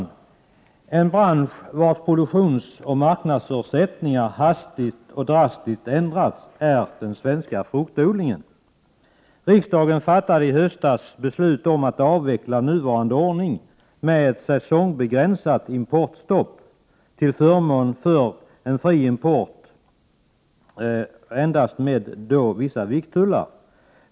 Den bransch vars produktionsoch marknadsförutsättningar hastigt och drastiskt ändras är den svenska fruktodlingen. Riksdagen fattade i höstas beslut om att avveckla nuvarande ordning med ett säsongbegränsat importstopp, till förmån för en fri import med endast vissa vikttullar.